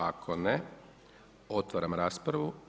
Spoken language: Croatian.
Ako ne otvaram raspravu.